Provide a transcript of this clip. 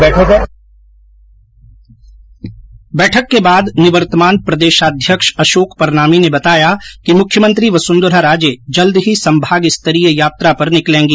बैठक के बाद निवर्तमान प्रदेशाध्यक्ष अशोक परनामी ने बताया कि मुख्यमंत्री वसुंधरा राजे जल्द ही संभाग स्तरीय यात्रा पर निकलेंगी